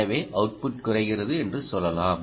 எனவே அவுட்புட் குறைகிறது என்று சொல்லலாம்